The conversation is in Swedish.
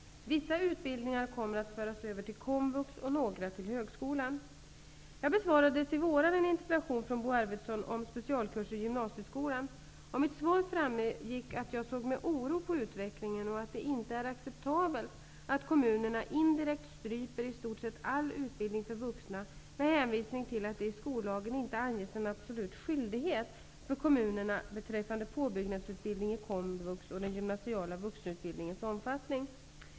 Vissa utbildningar kommer att föras över till komvux och några till högskolan. Jag besvarade i våras en interpellation från Bo Arvidson om specialkurser i gymnasieskolan. Av mitt svar framgick att jag såg med oro på utvecklingen och att det inte är acceptabelt att kommunerna indirekt stryper i stort sett all utbildning för vuxna med hänvisning till att det i skollagen inte anges en absolut skyldighet för kommunerna beträffande påbyggnadsutbildning i komvux och den gymnasiala vuxenutbildningens omfattning.